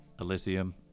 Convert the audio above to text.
Elysium